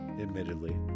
admittedly